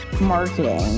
marketing